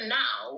now